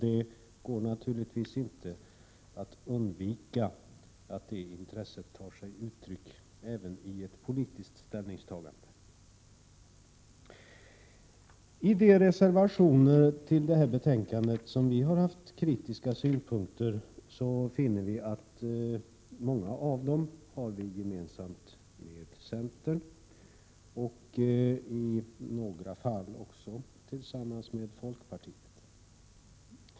Det går naturligtvis inte att undvika att detta intresse tar sig uttryck även vid ett politiskt ställningstagande. Många av de reservationer som har fogats till detta betänkande och där vi har framfört våra kritiska synpunkter är gemensamma med centern och i några fall med folkpartiet.